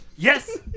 Yes